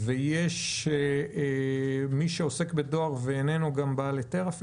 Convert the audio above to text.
ויש מי שעוסק בדואר ואינו בעל היתר?